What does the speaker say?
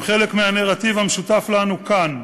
הם חלק מהנרטיב המשותף לנו כאן.